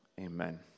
Amen